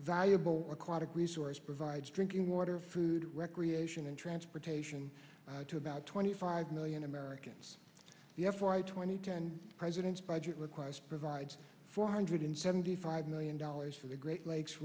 valuable aquatic resource provides drinking water food recreation and transportation to about twenty five million americans the f y twenty ten president's budget request provides four hundred seventy five million dollars for the great lakes